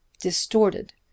distorted